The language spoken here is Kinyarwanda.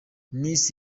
miss